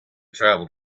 travelled